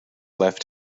left